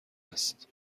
است